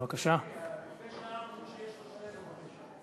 לפני שעה אמרו שיש עוד שני דוברים.